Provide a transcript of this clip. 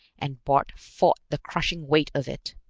and bart fought the crushing weight of it.